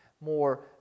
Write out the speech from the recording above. more